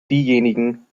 diejenigen